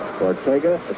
Ortega